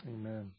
Amen